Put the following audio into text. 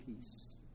peace